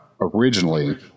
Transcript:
Originally